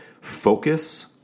Focus